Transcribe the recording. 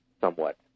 somewhat